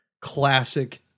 classic